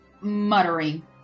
muttering